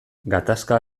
gatazka